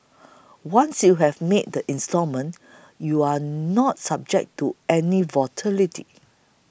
once you have made the installment you are not subject to any volatility